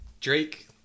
Drake